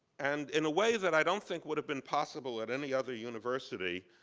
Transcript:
and in a way that i don't think would have been possible at any other university,